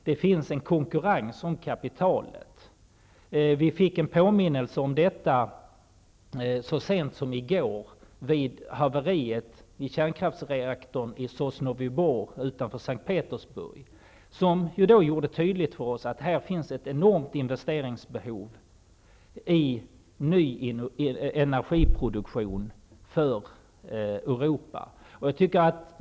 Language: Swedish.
Det råder en konkurrens om kapitalet. Vi fick en påminnelse om denna situation så sent som i går med tanke på haveriet i kärnkraftsreaktorn i Sosnovyj Bor utanför S:t Petersburg. Detta gjorde tydligt för oss att det råder ett enormt investeringsbehov i ny energiproduktion för Europa.